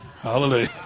Hallelujah